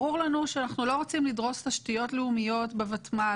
ברור לנו שאנחנו לא רוצים לדרוס תשתיות לאומיות בוותמ"ל,